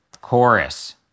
chorus